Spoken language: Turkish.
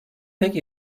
tek